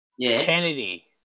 Kennedy